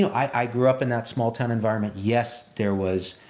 i grew up in that small town environment. yes, there was